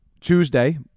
Tuesday